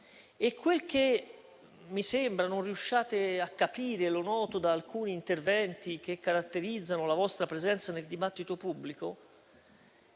Quel che mi sembra non riusciate a capire - lo noto da alcuni interventi che caratterizzano la vostra presenza nel dibattito pubblico